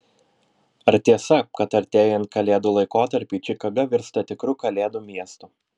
ar tiesa kad artėjant kalėdų laikotarpiui čikaga virsta tikru kalėdų miestu